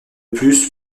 plus